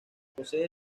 posee